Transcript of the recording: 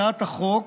הצעת החוק